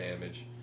damage